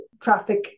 traffic